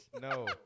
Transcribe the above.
No